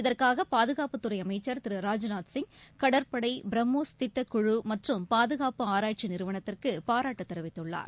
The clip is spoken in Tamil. இதற்காக பாதுகாப்புத்துறை அமைச்சள் திரு ராஜ்நாத் சிங் கடற்படை பிரம்மோஸ் திட்டக்குழு மற்றும் பாதுகாப்பு ஆராய்ச்சி நிறுவனத்திற்கு பாராட்டு தெரிவித்துள்ளார்